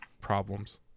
problems